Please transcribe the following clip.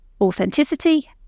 Authenticity